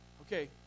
Okay